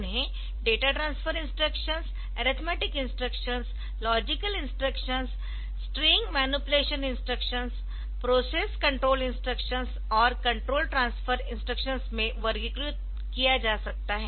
उन्हें data transfer instructions arithmetic instructions logical instructions string manipulation instructions process control instructions और control transfer instructions में वर्गीकृत किया जा सकता है